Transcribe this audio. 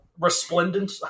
Resplendent